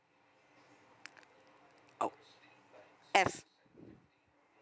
oh F